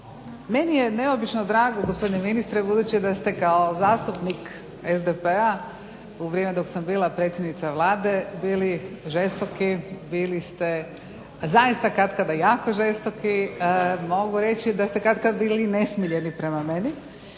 Meni je neobično drago gospodine ministre budući da ste kao zastupnik SDP-a u vrijeme dok sam bila predsjednica Vlade bili žestoki, bili ste zaista katkada jako žestoki, mogu reći da ste katkad bili nesmiljeni prema meni